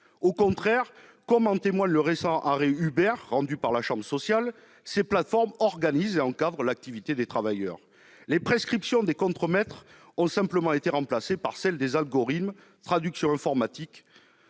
Au contraire, comme en témoigne le récent arrêt Uber rendu par la chambre sociale de la Cour de cassation, ces plateformes organisent et encadrent l'activité des travailleurs. Les prescriptions des contremaîtres ont simplement été remplacées par celle des algorithmes, traduction informatique